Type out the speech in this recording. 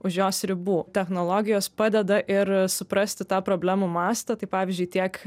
už jos ribų technologijos padeda ir suprasti tą problemų mastą tai pavyzdžiui tiek